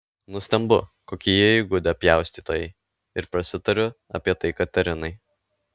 nustembu kokie jie įgudę pjaustytojai ir prasitariu apie tai katerinai